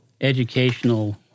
Educational